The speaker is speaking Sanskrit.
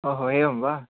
ओहो एवं वा